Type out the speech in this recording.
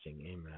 Amen